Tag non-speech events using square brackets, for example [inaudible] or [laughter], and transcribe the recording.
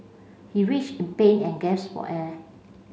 he [unintelligible] in pain and gasped for air